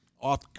off